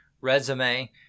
resume